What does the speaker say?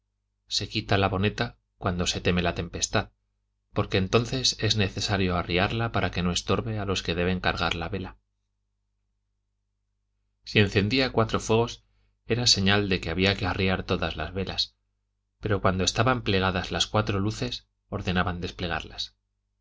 se quita la boneta cuando se teme la tempestad porque entonces es necesario arriarla para que no estorbe a los que deben cargar la vela si encendía cuatro fuegos era señal de que había que arriar todas las velas pero cuando estaban plegadas las cuatro luces ordenaban desplegarlas